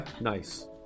nice